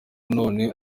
none